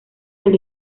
del